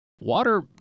Water